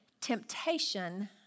temptation